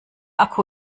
akku